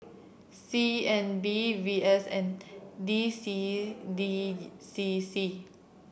C N B V S N D C D C C